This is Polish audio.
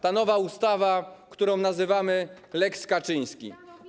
Ta nowa ustawa, którą nazywamy lex Kaczyński.